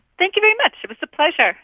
thank you very much, it was a pleasure.